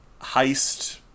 heist